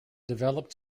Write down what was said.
developed